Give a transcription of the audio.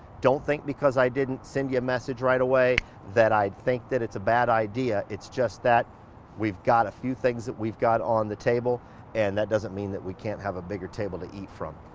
don't think because i didn't send you a message right away that i think that it's a bad idea. it's just that we've got a few things that we've got on the table and that doesn't mean that we can't have a bigger table to eat from.